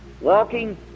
walking